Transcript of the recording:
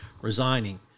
resigning